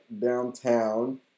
downtown